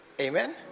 Amen